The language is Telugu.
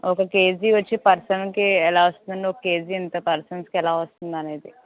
ఒక కేజీ వచ్చి పర్సన్కి ఎలా వస్తుంది ఒక కేజీ ఇంత పర్సన్స్కి ఎలా వస్తుంది అనేది